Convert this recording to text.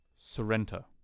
Sorrento